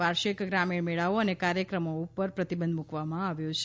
વાર્ષિક ગ્રામીણ મેળાઓ અને કાર્યક્રમો ઉપર પ્રતિબંધ મુકવામાં આવ્યો છે